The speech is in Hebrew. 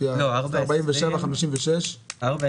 אמרת 47, 56. לא.